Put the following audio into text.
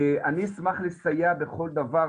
אני אשמח לסייע בכל דבר,